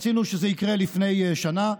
רצינו שזה יקרה לפני שנה,